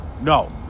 no